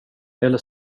eller